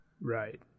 Right